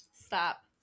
Stop